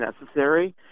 necessary